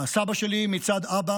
סבא שלי מצד אבא